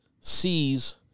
sees